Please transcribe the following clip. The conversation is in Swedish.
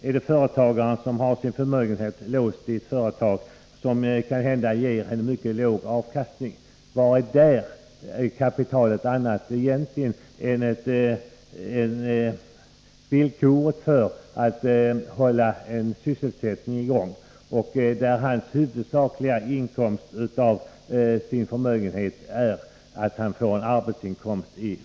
Är det företagaren som har sin förmögenhet låst i ett företag, som kanhända ger en mycket låg avkastning? Vad är detta kapital annat än själva förutsättningen för att sysselsättningen skall kunna upprätthållas? Företagarens huvudsakliga inkomst av företaget inkl. förmögenheten är hans arbetsinkomst.